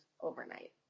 overnight